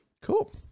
Cool